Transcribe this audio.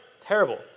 Terrible